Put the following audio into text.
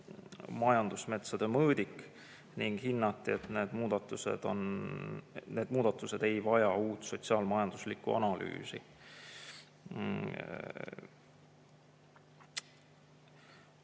majandusmetsade mõõdik ning hinnati, et need muudatused ei vaja uut sotsiaalmajanduslikku analüüsi.